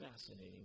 fascinating